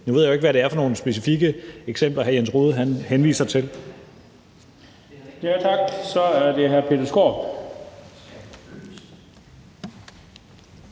nu ved jeg jo ikke, hvad det er for nogle specifikke eksempler, hr. Jens Rohde henviser til.